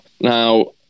Now